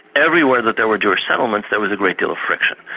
everywhere that there were jewish settlements there was a great deal of friction,